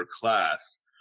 class